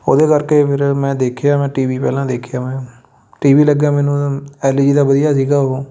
ਉਹਦੇ ਕਰਕੇ ਫਿਰ ਮੈਂ ਦੇਖਿਆ ਮੈਂ ਟੀ ਵੀ ਪਹਿਲਾਂ ਦੇਖਿਆ ਮੈਂ ਟੀ ਵੀ ਲੱਗਿਆ ਮੈਨੂੰ ਐੱਲ ਜੀ ਦਾ ਵਧੀਆ ਸੀਗਾ ਉਹ